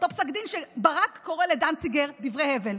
אותו פסק דין שברק קורא בו לדנציגר "דברי הבל".